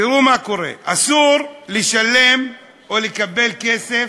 תראו מה קורה: אסור לשלם או לקבל כסף,